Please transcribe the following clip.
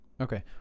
Okay